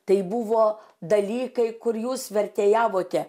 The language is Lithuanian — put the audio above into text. tai buvo dalykai kur jūs vertėjavote